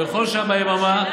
בכל שעה ביממה,